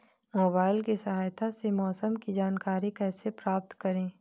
Mobile की सहायता से मौसम की जानकारी कैसे प्राप्त करें?